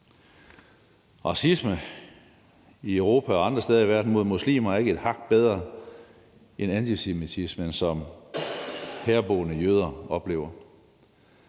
Racismen i Europa og andre steder i verden mod muslimer er ikke et hak bedre end antisemitismen, som herboende jøder oplever.